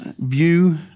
view